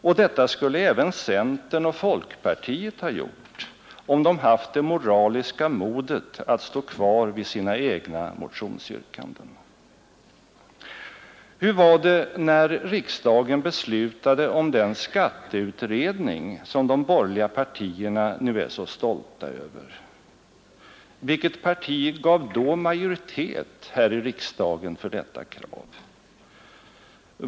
Och det skulle även centern och folkpartiet ha gjort, om de haft det moraliska modet att stå kvar vid sina egna motionsyrkanden. Hur var det när riksdagen beslutade om den skatteutredning som de borgerliga partierna nu är så stolta över? Vilket parti gav majoritet här i riksdagen för detta krav?